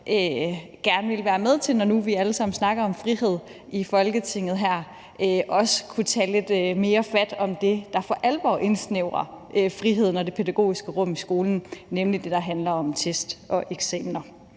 gerne være med til, når nu vi alle sammen snakker om frihed i Folketinget her, at vi også kunne tage lidt mere fat om det, der for alvor indsnævrer friheden og det pædagogiske rum i skolen, nemlig det, der handler om test og eksamener.